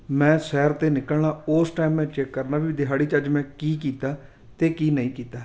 ਮੈਂ ਸੈਰ 'ਤੇ ਨਿਕਲਣਾ ਉਸ ਟਾਈਮ ਮੈਂ ਚੈੱਕ ਕਰਨਾ ਵੀ ਦਿਹਾੜੀ 'ਚ ਅੱਜ ਮੈਂ ਕੀ ਕੀਤਾ ਅਤੇ ਕੀ ਨਹੀਂ ਕੀਤਾ